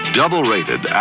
double-rated